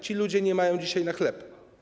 Ci ludzie nie mają dzisiaj na chleb.